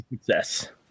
success